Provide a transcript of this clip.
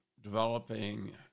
developing